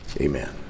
amen